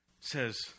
says